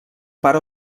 pare